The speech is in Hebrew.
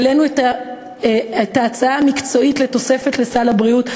העלינו את ההצעה המקצועית לתוספת לסל הבריאות,